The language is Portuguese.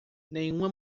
nenhuma